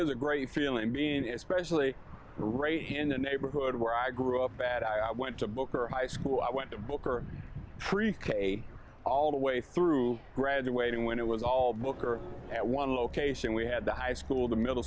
is a great feeling being especially right here in a neighborhood where i grew up bad i went to booker high school i went to booker pre k all the way through graduating when it was all booker at one location we had the high school the middle